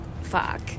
fuck